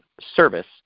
service